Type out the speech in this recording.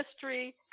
history